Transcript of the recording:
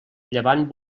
llevant